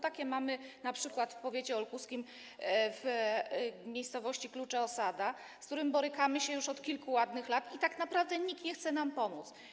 Takie mamy np. w powiecie olkuskim w miejscowości Klucze-Osada, z którym borykamy się już od kilku ładnych lat, i tak naprawdę nikt nie chce nam pomóc.